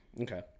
okay